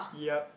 yup